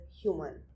human